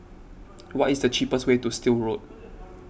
what is the cheapest way to Still Road